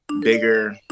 bigger